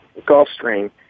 Gulfstream